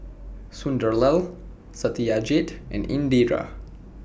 Sunderlal Satyajit and Indira